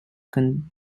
coming